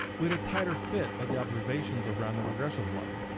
we had a tighter fit of the observations around the regression line.